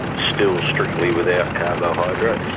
still strictly without carbohydrates,